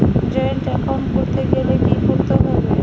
Joint account করতে গেলে কি করতে হবে?